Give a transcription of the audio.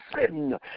sin